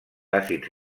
àcids